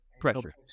pressure